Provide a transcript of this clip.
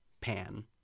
pan